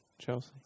Chelsea